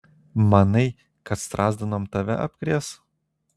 manai kad strazdanom tave apkrės